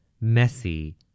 messy